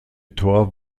tor